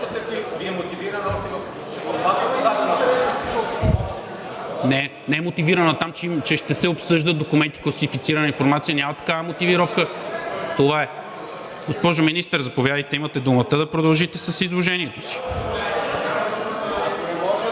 Не е мотивирано там, че ще се обсъждат документи с класифицирана информация. Няма такава мотивировка. Това е. Госпожо Министър, заповядайте, имате думата да продължите с изложението си.